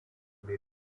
bei